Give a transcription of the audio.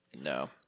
No